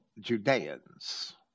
Judeans